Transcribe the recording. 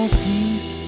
peace